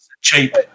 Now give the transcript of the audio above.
Cheap